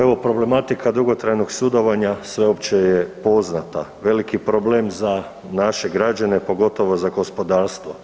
Evo problematika dugotrajnog sudovanja sveopće je poznata, veliki problem za naše građane, pogotovo za gospodarstvo.